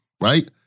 right